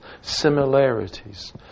similarities